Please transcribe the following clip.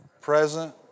Present